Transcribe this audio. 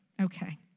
okay